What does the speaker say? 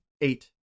eight